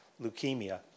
leukemia